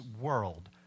world